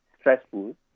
stressful